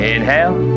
Inhale